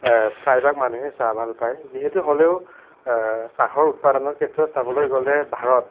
প্ৰায় ভাগ মানুহেই চাহ ভাল পায় যিহেতু হ'লেও চাহৰ উৎপাদনৰ ক্ষেত্ৰত চাবলৈ গ'লে ভাৰত